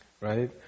right